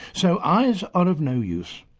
so eyes are of no use.